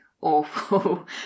awful